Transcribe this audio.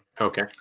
okay